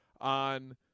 on